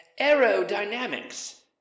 aerodynamics